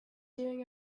doing